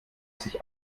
sich